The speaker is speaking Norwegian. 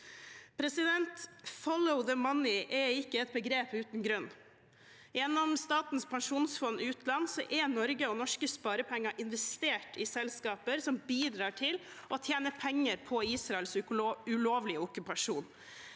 «Follow the money» er ikke et begrep uten grunn. Gjennom Statens pensjonsfond utland er Norge og norske sparepenger investert i selskaper som bidrar til å tjene penger på Israels ulovlige okkupasjon.